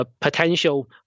potential